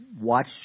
watch